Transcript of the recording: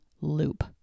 loop